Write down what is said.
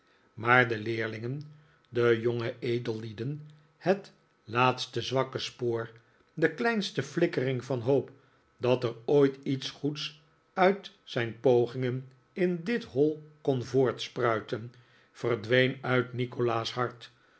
maar de leerlingen de jonge edellieden het laatste zwakke spoor de kleinste flikkering van hoop dat er ooit iets goeds uit zijn pogingen in dit hoi kon voortspruiten verdween uit nikolaas hart